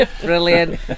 Brilliant